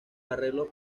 arreglos